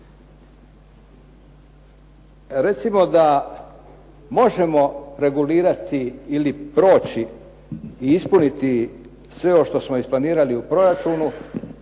Recimo da možemo regulirati ili proći i ispuniti sve ovo što smo isplanirali u proračunu.